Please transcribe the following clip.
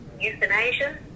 euthanasia